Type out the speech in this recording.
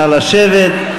נא לשבת.